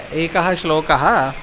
एकः श्लोकः